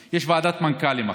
שתהיה: יש ועדת מנכ"לים עכשיו,